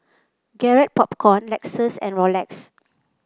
Garrett Popcorn Lexus and Rolex